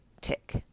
tick